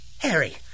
Harry